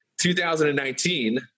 2019